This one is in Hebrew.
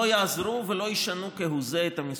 לא יעזרו ולא ישנו כהוא זה את המספרים,